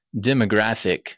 demographic